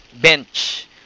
bench